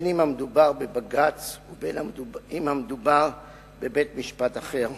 אם מדובר בבג"ץ ואם מדובר בבית-משפט אחר,